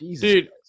dude